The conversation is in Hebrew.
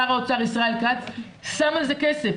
שר האוצר ישראל כץ שם על זה כסף.